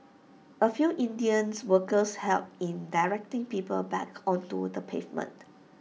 A few Indians workers helped in directing people back onto the pavement